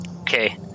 okay